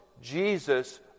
Jesus